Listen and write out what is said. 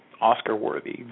Oscar-worthy